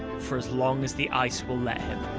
for as long as the ice will let